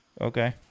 Okay